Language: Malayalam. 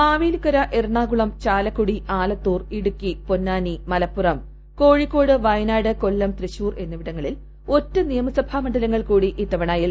മാവേലിക്കര എറണാകുളം ചാലക്കുടി ആലത്തൂർ ഇടുക്കി പൊന്നാനി മലപ്പുറം കോഴിക്കോട് വയനാട് കൊല്ലം തൃശൂർ എന്നിവിടങ്ങളിൽ ഒറ്റ നിയമസഭാ മണ്ഡലങ്ങൾ കൂടി ഇത്തവണ എൽ